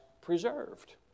Preserved